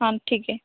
हाँ ठीक है